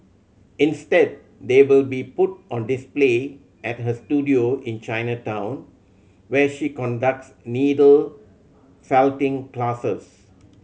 instead they will be put on display at her studio in Chinatown where she conducts needle felting classes